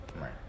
right